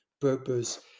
purpose